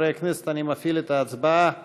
חברי הכנסת, אני מפעיל את ההצבעה